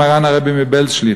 מרן הרבי מבעלז שליט"א.